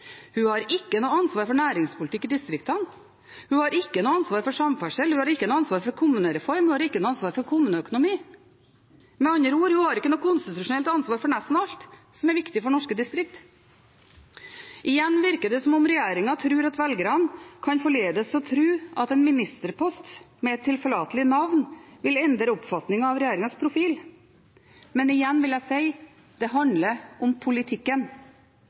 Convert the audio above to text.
hun har ikke noe ansvar for næringspolitikk i distriktene, hun har ikke noe ansvar for samferdsel, hun har ikke noe ansvar for kommunereform, og hun har ikke noe ansvar for kommuneøkonomi. Med andre ord: Hun har ikke noe konstitusjonelt ansvar for alt det som er viktig for norske distrikter. Igjen virker det som om regjeringen tror at velgerne kan forledes til å tro at en ministerpost med et tilforlatelig navn vil endre oppfatningen av regjeringens profil. Men igjen vil jeg si: Det handler om politikken.